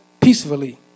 Peacefully